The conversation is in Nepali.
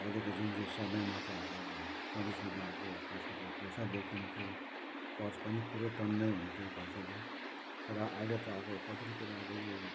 अहिलेको जुन यो समयमा त अब सधैँ सधैँ अब पैसा त पैसा बोकिन्थ्यो पर्स पनि पुरै टन्नै हुन्थ्यो पैसाले तर अहिले त अब कतिवटा कुरा अब यो